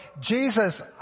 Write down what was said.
Jesus